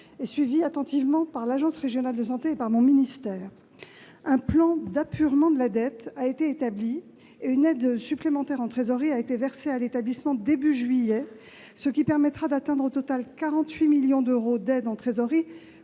est suivie attentivement par l'agence régionale de santé et par mon ministère. Un plan d'apurement de la dette a été établi et une aide supplémentaire en trésorerie a été versée à l'établissement début juillet, laquelle permettra d'atteindre, au total, 48 millions d'euros d'aide pour